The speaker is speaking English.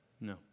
no